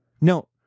no